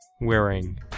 wearing